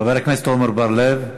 חבר הכנסת עמר בר-לב?